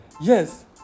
Yes